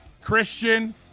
christian